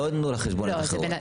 לא יתנו לך חשבונית אחרת.